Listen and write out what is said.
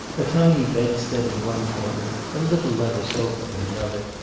a tiny bedstead in one corner, a little leather sofa in another,